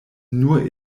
nur